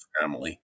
family